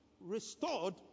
restored